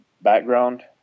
background